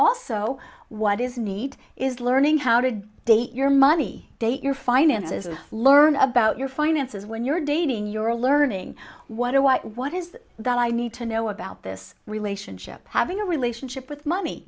also what is neat is learning how to date your money date your finances learn about your finances when you're dating your learning what to watch what is that i need to know about this relationship having a relationship with money